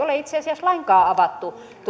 ole itse asiassa lainkaan avattu